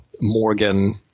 Morgan